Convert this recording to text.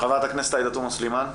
חברת הכנסת עאידה תומא סלימאן.